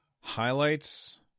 highlights